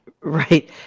Right